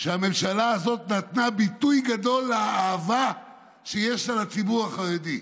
שהממשלה הזאת נתנה ביטוי גדול לאהבה שיש לה לציבור החרדי: